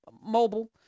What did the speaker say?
mobile